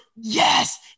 yes